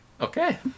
Okay